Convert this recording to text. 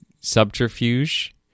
subterfuge